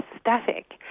static